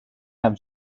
have